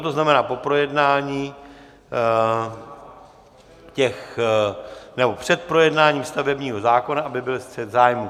To znamená po projednání nebo před projednáním stavebního zákona aby byl střet zájmů.